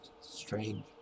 strange